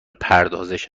پردازش